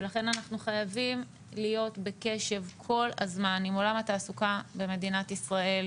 ולכן אנחנו חייבים להיות בקשב כל הזמן עם עולם התעסוקה במדינת ישראל,